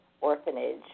Orphanage